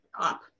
up